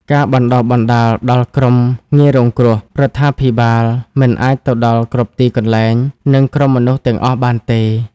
ការបណ្តុះបណ្តាលដល់ក្រុមងាយរងគ្រោះ រដ្ឋាភិបាលមិនអាចទៅដល់គ្រប់ទីកន្លែង និងក្រុមមនុស្សទាំងអស់បានទេ។